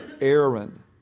Aaron